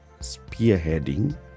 spearheading